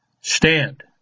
Stand